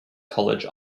college